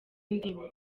indimi